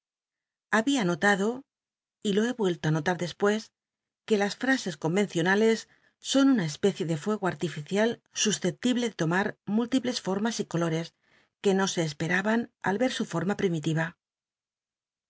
llabia notado y lo he vuelto á no la r despues que las frases convencionales son una especie de fuego artificial suscep tibie de tomar múlliples fof'mas y colores que no se espcmban al ver su forma primiliya